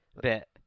bit